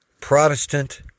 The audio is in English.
Protestant